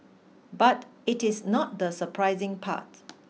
but it is not the surprising part